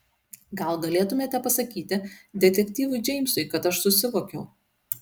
gal galėtumėte pasakyti detektyvui džeimsui kad aš susivokiau